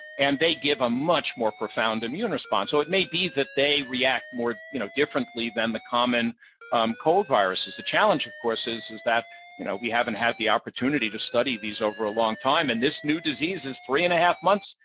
and they give a much more profound immune response. so it may be that they react you know differently than the common cold viruses. the challenge, of course, is is that you know we haven't had the opportunity to study these over a long time, and this new disease three and a half months,